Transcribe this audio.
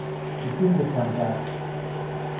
ᱪᱤᱠᱟᱹᱛᱮ ᱥᱟᱱᱛᱟᱲ